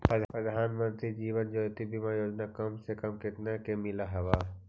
प्रधानमंत्री जीवन ज्योति बीमा योजना कम से कम केतना में मिल हव